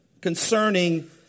concerning